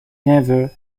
never